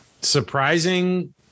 Surprising